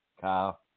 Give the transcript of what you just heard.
Kyle